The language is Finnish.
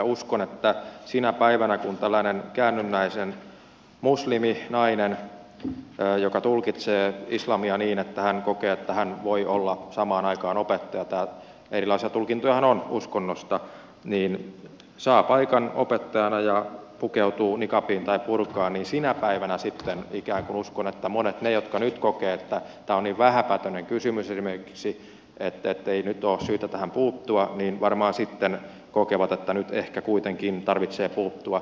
uskon että sinä päivänä kun tällainen käännynnäinen musliminainen joka tulkitsee islamia niin että hän kokee että hän voi olla samaan aikaan opettaja erilaisia tulkintojahan on uskonnosta saa paikan opettajana ja pukeutuu niqabiin tai burkaan sinä päivänä sitten ikään kuin monet niistä jotka nyt kokevat että tämä on esimerkiksi niin vähäpätöinen kysymys ettei nyt ole syytä tähän puuttua varmaan sitten kokevat että nyt ehkä kuitenkin tarvitsee puuttua